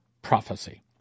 prophecy